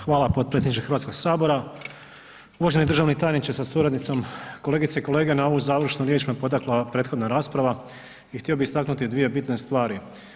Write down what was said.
Hvala potpredsjedniče Hrvatskog sabora, uvaženi državni tajniče sa suradnicom, kolegice i kolege, na ovu završnu riječ me potakla prethodna rasprava i htio bi istaknuti dvije bitne stvari.